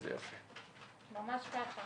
ממש ככה.